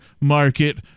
market